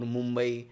Mumbai